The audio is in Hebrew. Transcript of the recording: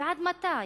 ועד מתי?